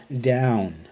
down